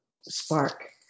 spark